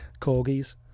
corgis